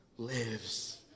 Lives